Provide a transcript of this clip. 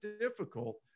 difficult